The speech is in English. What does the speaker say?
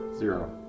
Zero